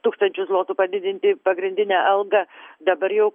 tūkstančiu zlotų padidinti pagrindinę algą dabar jau